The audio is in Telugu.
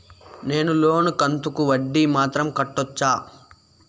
నేను లోను కంతుకు వడ్డీ మాత్రం కట్టొచ్చా?